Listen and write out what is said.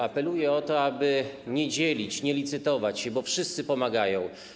Apeluję o to, aby nie dzielić, nie licytować się, bo wszyscy pomagają.